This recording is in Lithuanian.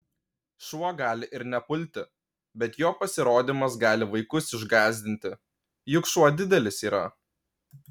šuo gali ir nepulti bet jo pasirodymas gali vaikus išgąsdinti juk šuo didelis yra